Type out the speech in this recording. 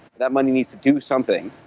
that money needs to do something.